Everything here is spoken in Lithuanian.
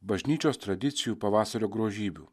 bažnyčios tradicijų pavasario grožybių